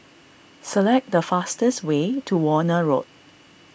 select the fastest way to Warna Road